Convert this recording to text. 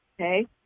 okay